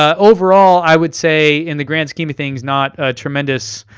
overall i would say, in the grand scheme of things, not a tremendous